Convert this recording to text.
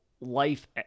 life